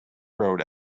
road